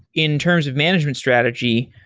in terms of management strategy,